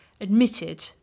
Admitted